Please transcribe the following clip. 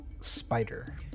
spider